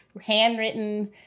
handwritten